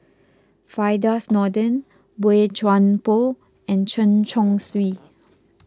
Firdaus Nordin Boey Chuan Poh and Chen Chong Swee